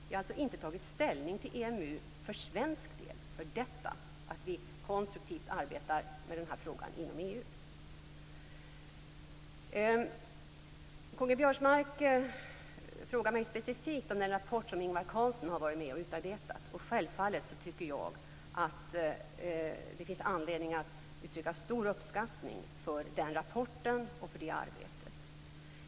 Vi har alltså inte tagit ställning till EMU för svensk del genom att vi arbetar konstruktivt med frågan inom K-G Biörsmark frågade mig specifikt om den rapport som Ingvar Carlsson varit med om att utarbeta. Självfallet tycker jag att det finns anledning att uttrycka stor uppskattning för den rapporten och det arbetet.